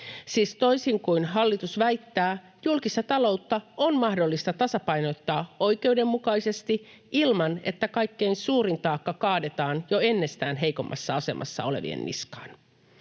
toisin kuin hallitus väittää, julkista taloutta on mahdollista tasapainottaa oikeudenmukaisesti ilman, että kaikkein suurin taakka kaadetaan jo ennestään heikommassa asemassa olevien niskaan.